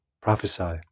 Prophesy